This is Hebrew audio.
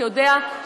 אתה יודע,